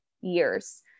years